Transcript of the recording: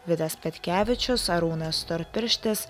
vidas petkevičius arūnas storpirštis